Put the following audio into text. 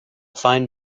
fine